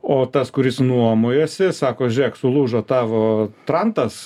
o tas kuris nuomojosi sako žiūrėk sulūžo tavo trantas